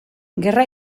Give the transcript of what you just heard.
gerra